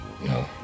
No